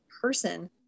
person